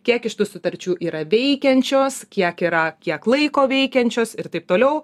kiek iš tų sutarčių yra veikiančios kiek yra kiek laiko veikiančios ir taip toliau